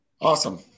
Awesome